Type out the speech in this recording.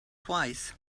twice